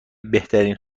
بهترین